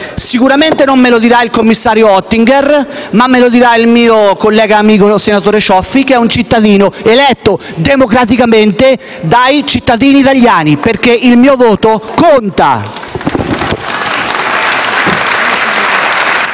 Sicuramente non me lo dirà il commissario Oettinger, ma il mio collega e amico, senatore Cioffi, che è un cittadino eletto democraticamente dai cittadini italiani perché il mio voto conta!